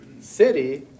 city